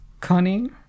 cunning